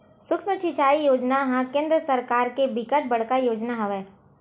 सुक्ष्म सिचई योजना ह केंद्र सरकार के बिकट बड़का योजना हवय